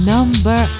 Number